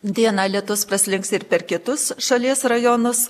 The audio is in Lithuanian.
dieną lietus paslinks ir per kitus šalies rajonus